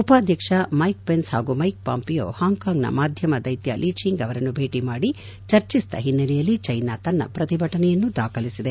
ಉಪಾಧ್ವಕ್ಷ Mike Pence ಹಾಗೂ Mike Pompeo ಹಾಂಕಾಂಗ್ನ ಮಾಧ್ಯಮ ದೈತ್ಯ ಲೀಚಿಯಿಂಗ್ ಅವರನ್ನು ಭೇಟಿ ಮಾಡಿ ಚರ್ಚಿಸಿದ ಹಿನ್ನೆಲೆಯಲ್ಲಿ ಚೈನಾ ತನ್ನ ಪ್ರತಿಭಟನೆಯನ್ನು ದಾಖಲಿಸಿದೆ